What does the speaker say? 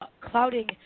clouding